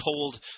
told